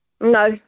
No